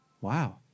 Wow